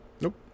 Nope